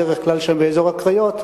בדרך כלל שם באזור הקריות,